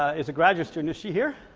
ah is a graduate student is she here?